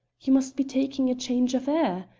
you must be taking a change of air.